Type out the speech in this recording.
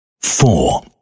Four